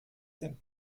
dem